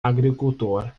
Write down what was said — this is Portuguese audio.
agricultor